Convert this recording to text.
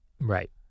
Right